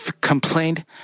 complained